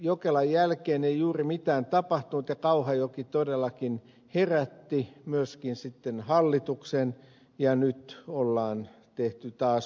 jokelan jälkeen ei juuri mitään tapahtunut ja kauhajoki todellakin herätti myöskin sitten hallituksen ja nyt on tehty taas uusia suunnitelmia